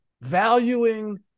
valuing